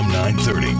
930